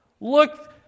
Look